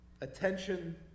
attention